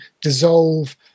dissolve